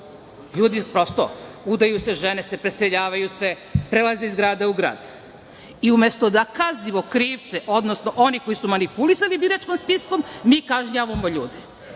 Ljudi prosto, udaju se žene, preseljavaju se, prelaze iz grada u grad i umesto da kaznimo krivce, odnosno one koji su manipulisali biračkim spiskom, mi kažnjavamo